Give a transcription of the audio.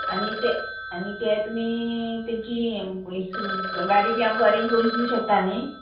आनी तें आनी तें तुमी तेंची गाडी बी आमकां अरेंज करून दिवं शकता न्ही